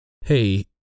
hey